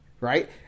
right